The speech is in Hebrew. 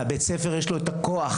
והבית ספר יש לו את הכוח,